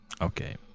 Okay